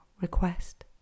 request